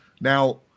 Now